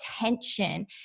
attention